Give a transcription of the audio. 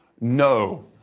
No